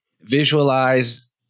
visualize